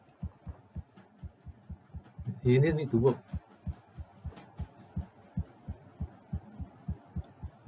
he need need to work